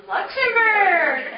Luxembourg